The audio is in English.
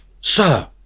sir